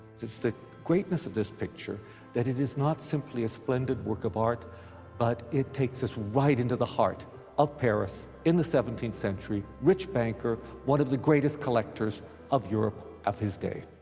it's the greatness of this picture that it is not simply a splendid work of art but it takes right into the heart of paris in the seventeenth century, rich banker, one of the greatest collectors of europe, of his day.